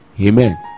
amen